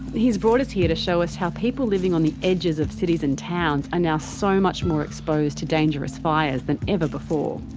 he's brought us here to show us how people living on the edges of cities and towns are now so much more exposed to dangerous fires than ever before.